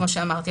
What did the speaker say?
כמו שאמרתי,